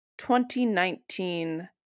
2019